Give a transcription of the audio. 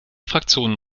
fraktionen